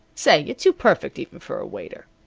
say you're too perfect even for a waiter.